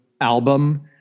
album